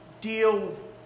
deal